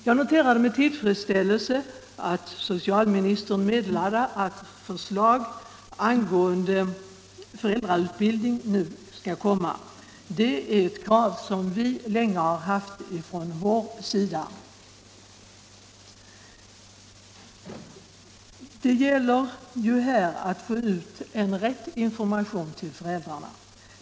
Jag noterade med tillfredsställelse att socialministern meddelade att förslag angående föräldrautbildning nu skall komma. Det är ett krav som vi länge har haft. Det gäller ju här att få ut en rätt information till föräldrarna.